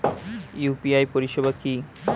UPI পরিষেবা কি?